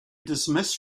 dismissed